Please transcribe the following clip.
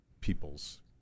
people's